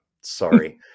sorry